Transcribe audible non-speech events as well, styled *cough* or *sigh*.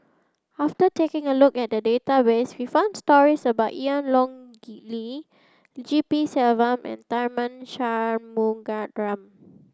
after taking a look at the database we found stories about Yan Ong *unintelligible* Li G P Selvam and Tharman Shanmugaratnam